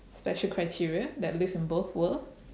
special criteria that lives in both world